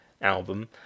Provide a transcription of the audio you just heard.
album